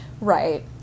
Right